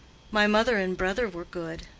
my mother and brother were good.